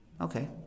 Okay